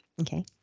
Okay